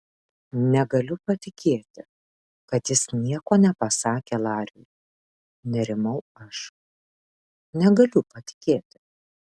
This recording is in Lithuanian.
negaliu patikėti kad jis nieko nepasakė lariui nerimau aš negaliu patikėti